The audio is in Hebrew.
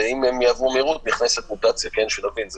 אם הם יעברו מהירות, נכנסת מוטציה, שנבין.